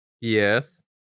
Yes